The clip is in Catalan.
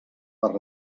per